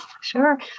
sure